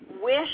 wish